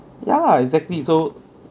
ya lah exactly so